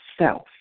self